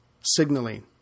signaling